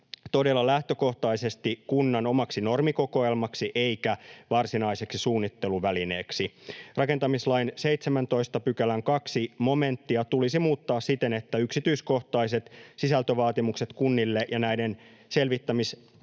todella lähtökohtaisesti kunnan omaksi normikokoelmaksi eikä varsinaiseksi suunnitteluvälineeksi. Rakentamislain 17 §:n 2 momenttia tulisi muuttaa siten, että yksityiskohtaiset sisältövaatimukset kunnille ja näiden selvitysvelvollisuus